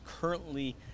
currently